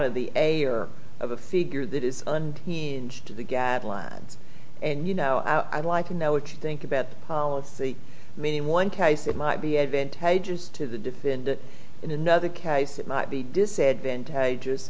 of the of a figure that is and to the guidelines and you know i'd like to know what you think about the policy meaning one case it might be advantageous to the defendant in another case it might be disadvantageous